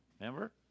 Remember